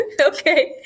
Okay